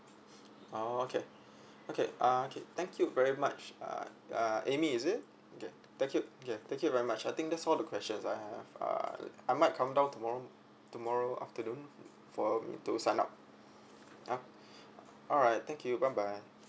oh okay okay uh okay thank you very much uh uh amy is it okay thank you K thank you very much I think that's all the questions I have uh I might come down tomorrow tomorrow afternoon for me to sign up ya alright thank you bye bye